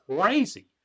crazy